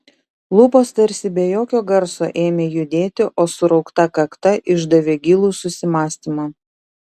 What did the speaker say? lūpos tarsi be jokio garso ėmė judėti o suraukta kakta išdavė gilų susimąstymą